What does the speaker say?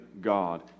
God